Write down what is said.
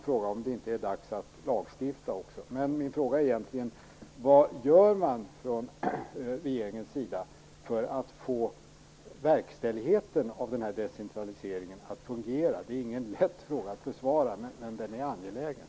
Frågan är om det inte också är dags för en lagstiftning. Men min fråga är egentligen: Vad gör regeringen för att få verkställigheten av decentraliseringen att fungera? Det är ingen lätt fråga att besvara, men den är angelägen.